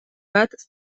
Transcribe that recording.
bat